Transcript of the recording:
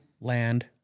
land